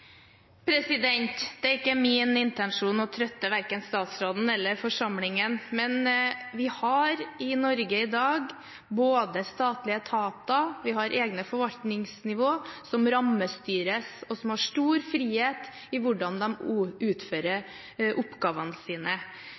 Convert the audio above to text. Det er ikke min intensjon å trøtte verken statsråden eller forsamlingen, men vi har i Norge i dag både statlige etater og egne forvaltningsnivåer som rammestyres, og som har stor frihet i hvordan de utfører oppgavene sine.